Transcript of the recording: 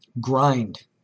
Grind